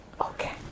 Okay